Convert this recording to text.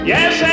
Yes